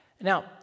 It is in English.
now